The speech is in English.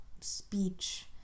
speech